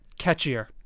catchier